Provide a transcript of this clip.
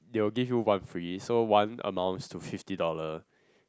they will give you one free so one amounts to fifty dollar